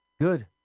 Good